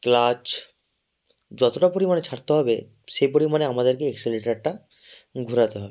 clutch যতটা পরিমাণে ছাড়তে হবে সেই পরিমাণে আমাদেরকে অ্যাক্সেলেটারটা ঘোরাতে হবে